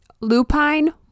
Lupine